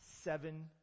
seven